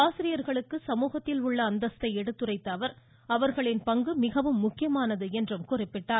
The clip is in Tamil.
ஆசிரியர்களுக்கு சமூகத்தில் உள்ள அந்தஸ்த்தை எடுத்துரைத்த அவர் அவர்களின் பங்கு மிகவும் முக்கியமானது என்றும் கூறினார்